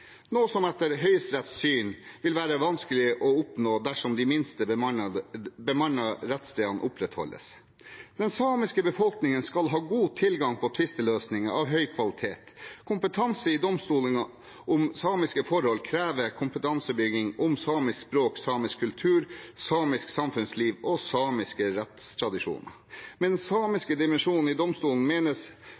noe som etter Høyesteretts syn vil være vanskelig å oppnå dersom de minst bemannede rettsstedene opprettholdes. Den samiske befolkningen skal ha god tilgang på tvisteløsninger av høy kvalitet. Kompetanse i domstolene om samiske forhold krever kompetansebygging om samisk språk, samisk kultur, samisk samfunnsliv og samiske rettstradisjoner. Med samisk dimensjon i domstolen menes